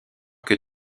que